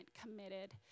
committed